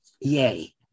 Yay